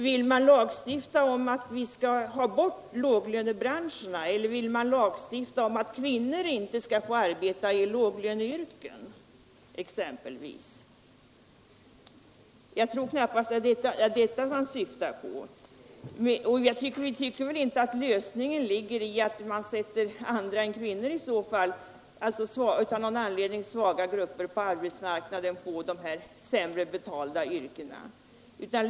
Vill man lagstifta om att vi skall ha bort låglönebranscherna eller vill man lagstifta om att kvinnor inte skall få arbeta i låglöneyrken exempelvis? Jag tror knappast att det är detta man syftar på. Vi tycker inte att lösningen ligger i att man i så fall sätter andra, av någon anledning svaga grupper på arbetsmarknaden på dessa sämre betalda arbeten.